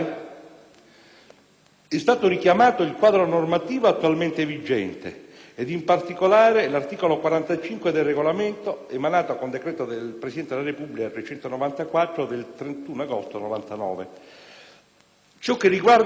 è stato richiamato il quadro normativo attualmente vigente ed in particolare l'articolo 45 del Regolamento emanato con decreto del Presidente della Repubblica n. 394 del 31 agosto 1999. Per ciò che riguarda